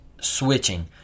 switching